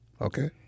Okay